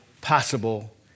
possible